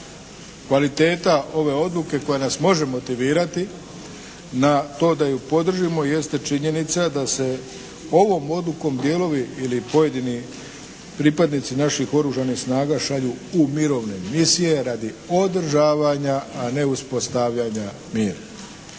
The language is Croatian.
kvaliteta ove odluke koja nas može motivirati na to da ju podržimo jeste činjenica da se ovom odlukom dijelovi ili pojedini pripadnici naših Oružanih snaga šalju u mirovne misije radi održavanja a ne uspostavljanja mira.